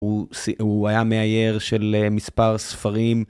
הוא היה מאייר של מספר ספרים.